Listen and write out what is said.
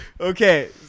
Okay